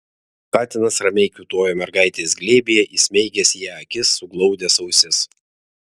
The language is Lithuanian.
katinas ramiai kiūtojo mergaitės glėbyje įsmeigęs į ją akis suglaudęs ausis